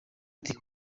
ati